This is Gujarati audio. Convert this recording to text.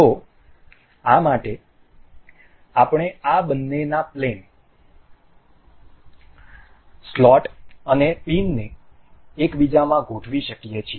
તો આ માટે આપણે આ બંનેના પ્લેન સ્લોટ અને પિનને એકબીજામાં ગોઠવી શકીએ છીએ